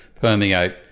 permeate